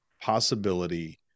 possibility